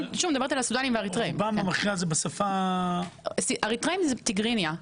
אריתראים זה תיגריניה.